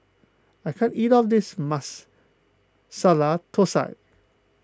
I can't eat all of this Masala Thosai